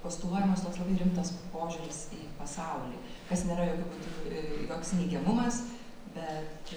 postuluojamas rimtas požiūris į pasaulį kas nėra jokiu būdu joks neigiamumas bet